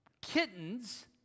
kittens